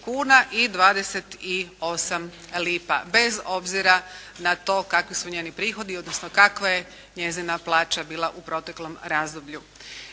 i 28 lipa, bez obzira na to kakvi su njeni prihodi odnosno kakva je njezina plaća bila u proteklom razdoblju.